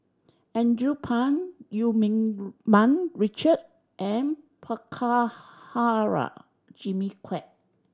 Andrew Phang Eu Meng Mun Richard and Prabhakara Jimmy Quek